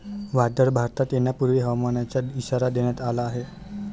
वादळ भारतात येण्यापूर्वी हवामानाचा इशारा देण्यात आला आहे